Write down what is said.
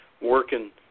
working